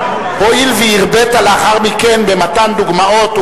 הואיל והרבית לאחר מכן במתן דוגמאות,